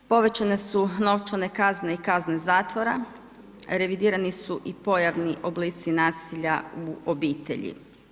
Povećane su novčane kazne i kazne zatvora, revidirani su i pojavni oblici nasilja u obitelji.